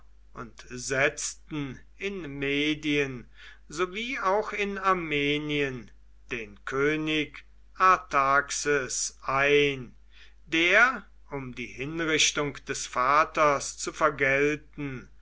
und setzten in medien so wie auch in armenien den könig artaxes ein der um die hinrichtung des vaters zu vergelten